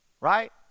right